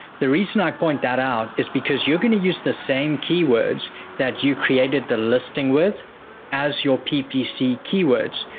the reason i point that out is because you're going to use the same keywords that you created the listing with as your ppc keywords,